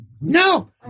No